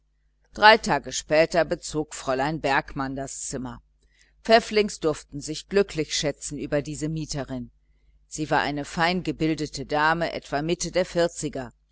drei tage später bezog fräulein bergmann das zimmer pfäfflings durften sich glücklich schätzen über diese mieterin sie war eine fein gebildete dame etwa mitte der vierziger